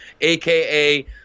aka